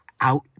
out